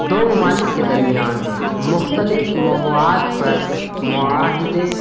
دو ممالک کے درمیان مختلف مواد پر معاہدے